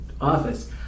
office